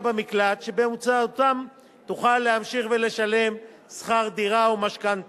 במקלט שבאמצעותם תוכל להמשיך ולשלם שכר דירה או משכנתה,